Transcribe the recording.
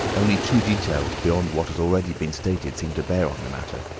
only two details beyond what has already been stated seem to bear on the matter.